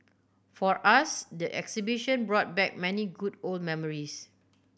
for us the exhibition brought back many good old memories